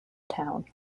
town